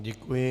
Děkuji.